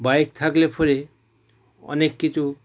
bike থাকলে ফলে অনেক কিছু